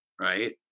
right